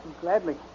Gladly